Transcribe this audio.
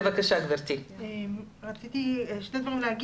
רציתי לומר שני דברים.